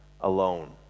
alone